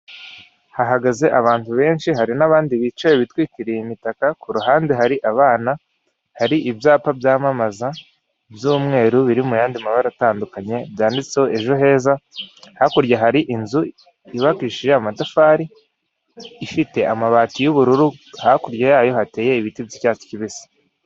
Hahagaze abantu benshi, hari n'abandi bicaye bitwikiriye imitaka, ku ruhande hari abana, hari ibyapa byamamaza by'umweru, biri mu yandi mabara atandukanye, byanditseho ejo heza. Hakurya hari inzu yubakishije amatafari, ifite amabati y'ubururu, hakurya yayo hateye ibiti by'icyatsi kibisi.